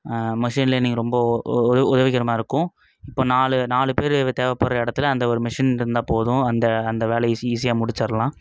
machine learning ரொம்ப உ உதவி உதவிகரமாக இருக்கும் இப்போ நாலு நாலு பேர் தேவைப்படுற இடத்துல அந்த ஒரு மெஷின் இருந்தால் போதும் அந்த அந்த வேலை ஈஸி ஈஸியாக முடிச்சுர்லாம்